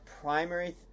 primary